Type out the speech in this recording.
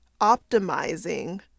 optimizing